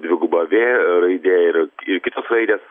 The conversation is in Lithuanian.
dviguba v raidė ir ir kitos raidės